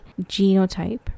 genotype